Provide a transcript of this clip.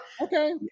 Okay